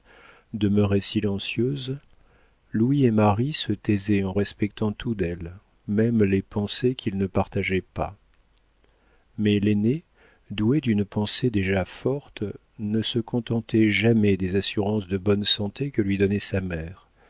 demeurait silencieuse louis et marie se taisaient en respectant tout d'elle même les pensées qu'ils ne partageaient pas mais l'aîné doué d'une pensée déjà forte ne se contentait jamais des assurances de bonne santé que lui donnait sa mère